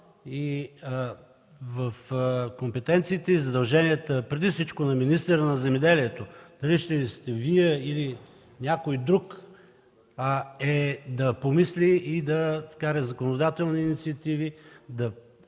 В компетенцията и задълженията преди всичко на министъра на земеделието – дали ще сте Вие или някой друг, е да помисли и да вкара законодателни инициативи,